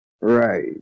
Right